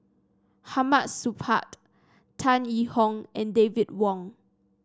Hamid Supaat Tan Yee Hong and David Wong